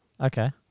Okay